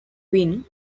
win